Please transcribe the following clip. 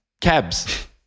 Cabs